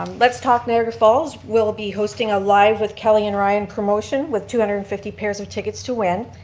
um let's talk niagara falls will be hosting a live with kelly and ryan promotion with two hundred and fifty pairs of tickets to win.